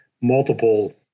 multiple